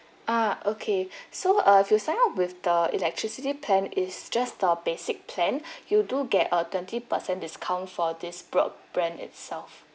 ah okay so uh if you sign up with the electricity plan is just the basic plan you do get a twenty percent discount for this broadband itself